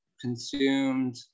consumed